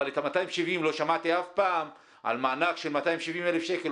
אבל לא שמעתי אף פעם על מענק של 270,000 שקל.